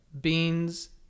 Beans